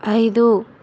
ఐదు